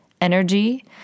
energy